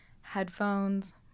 headphones